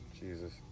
Jesus